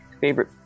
favorite